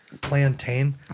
plantain